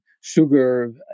sugar